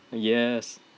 yes